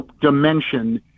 dimension